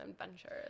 adventures